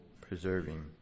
preserving